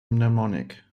mnemonic